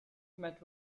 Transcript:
met